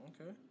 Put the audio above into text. Okay